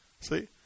See